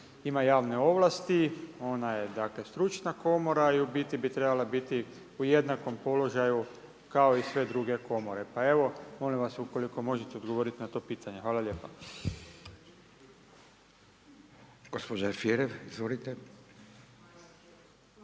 ima javne ovlasti. Ona je dakle stručna komora i u biti bi trebala biti u jednakom položaju kao i sve druge komore. Pa evo molim vas ukoliko možete odgovoriti na to pitanje. Hvala lijepa.